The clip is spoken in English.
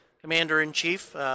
commander-in-chief